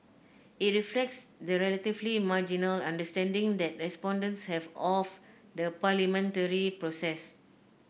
it reflects the relatively marginal understanding that respondents have of the parliamentary process